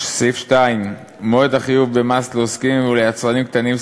2. מועד החיוב במס לעוסקים וליצרנים קטנים,